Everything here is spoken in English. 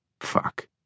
Fuck